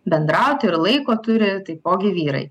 bendrauti ir laiko turi taipogi vyrai